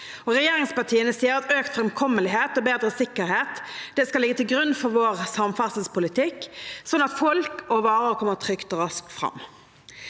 Regjeringspartiene sier at økt framkommelighet og bedre sikkerhet skal ligge til grunn for vår samferdselspolitikk, sånn at folk og varer kommer trygt og raskt fram.